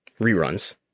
reruns